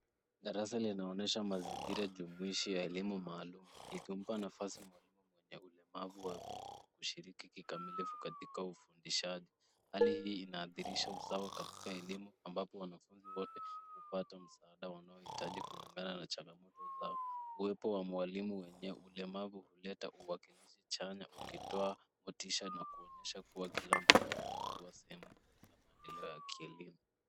Darasa linaonyesha mazingira jumuishi ya elimu maalum ikimpa nafasi mwalimu mwenye ulemavu wa viungo kushiriki kikamilifu katika ufundishaji. Hali hii inadhihirisha usawa katika elimu ambapo wanafunzi wote hupata msaada wanaohitaji kulingana na changamoto za uwepo wa mwalimu mwenye ulemavu huleta uwakilishi chanya ukitoa motisha na kuonyesha kila mtu anaweza kuwa sehemu ya maendeleo ya kielimu.